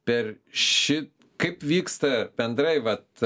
per šį kaip vyksta bendrai vat